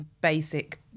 basic